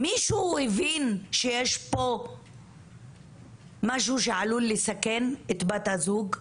מישהו הבין שיש פה משהו שעלול לסכן את בת הזוג?